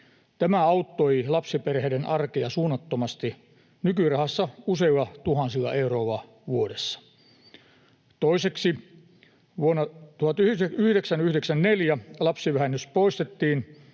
Tämä auttoi lapsiperheiden arkea suunnattomasti, nykyrahassa useilla tuhansilla euroilla vuodessa. Toiseksi: Vuonna 1994 lapsivähennys poistettiin,